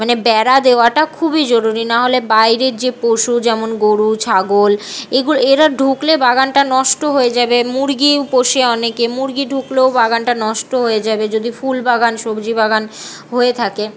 মানে বেড়া দেওয়াটা খুবই জরুরি না হলে বাইরের যে পশু যেমন গরু ছাগল এগুলো এরা ঢুকলে বাগানটা নষ্ট হয়ে যাবে মুরগী পোষে অনেকে মুরগি ঢুকলেও বাগানটা নষ্ট হয়ে যাবে যদি ফুল বাগান সবজি বাগান হয়ে থাকে